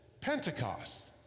Pentecost